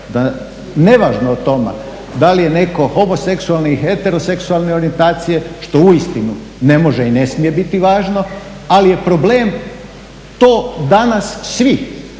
ne važno o tome da li je netko homoseksualne ili heteroseksualne orijentacije, što uistinu ne može i ne smije biti važno, ali je problem to danas svi